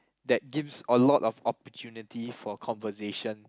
that gives a lot of opportunity for conversation